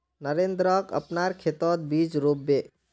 नरेंद्रक अपनार खेतत बीज रोप बे